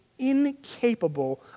incapable